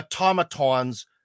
automatons